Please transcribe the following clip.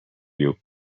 you